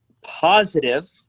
positive